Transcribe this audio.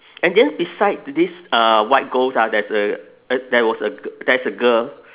and then beside this uh white ghost ah there's a a there was a there's a girl